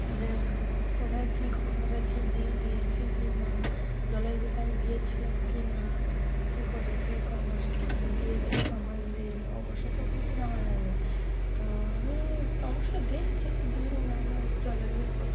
যে কোথায় কী করেছি বিল দিয়েছি কি না জলের বিলটা আমি দিয়েছিলাম কি না কী করেছি ক মাস দিয়েছি ক মাস দিইনি অবশ্যই তখন তো জানা যাবে তো আমি অবশ্যই দিয়েছি দিইনি না আমি ও জলের বিল প্রতি